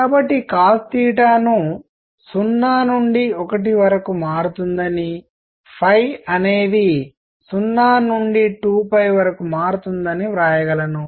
కాబట్టి cos ను 0 నుండి 1 వరకు మారుతుందని అనేది 0 నుండి 2 వరకు మారుతుందని వ్రాయగలను